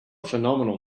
phenomenal